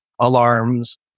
alarms